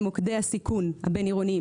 למוקדי הסיכון הבין-עירוניים,